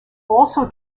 also